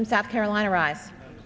from south carolina right